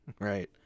Right